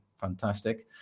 Fantastic